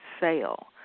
sale